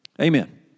amen